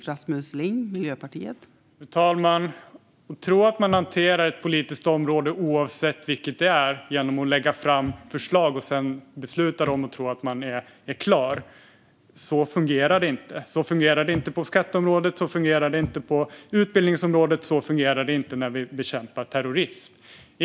Fru talman! Ledamoten tycks tro att man kan hantera ett politiskt område, oavsett vilket det är, genom att lägga fram förslag, besluta om dem och sedan tro att man är klar. Så fungerar det inte. Så fungerar det inte på skatteområdet, så fungerar det inte på utbildningsområdet och så fungerar det inte när vi bekämpar terrorism.